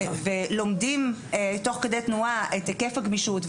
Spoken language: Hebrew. ולומדים תוך כדי תנועה את היקף הגמישות,